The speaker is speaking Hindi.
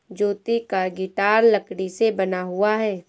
ज्योति का गिटार लकड़ी से बना हुआ है